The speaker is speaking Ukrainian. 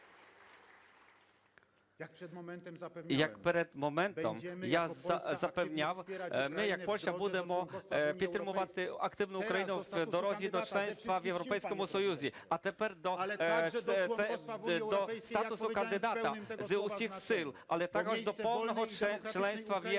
як перед моментом я запевняв ми як Польща будемо підтримувати активно Україну в дорозі до членства в Європейському Союзі, а тепер до статусу кандидата з усіх сил, але також до повного членства в ЄС. Тому